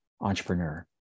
entrepreneur